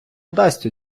дасть